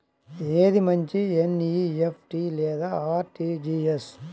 ఏది మంచి ఎన్.ఈ.ఎఫ్.టీ లేదా అర్.టీ.జీ.ఎస్?